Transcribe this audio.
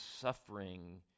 suffering